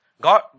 God